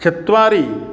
चत्वारि